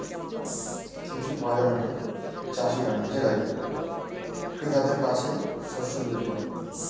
কিছু বাজার হাটে চাষীরা নিজেরাই ক্রেতাদের কাছে শস্য বিক্রি করেন